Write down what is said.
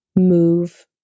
move